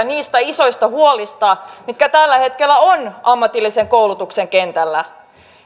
niistä isoista huolista mitä tällä hetkellä on ammatillisen koulutuksen kentällä